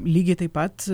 lygiai taip pat